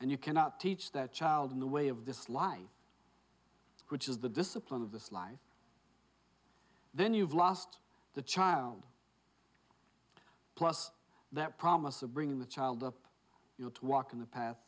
and you cannot teach that child in the way of this life which is the discipline of this life then you've lost the child plus that promise of bringing the child up you know to walk in the path